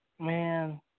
man